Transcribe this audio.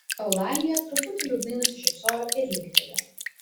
eulalija truputį liūdnai nusišypsojo ir linktelėjo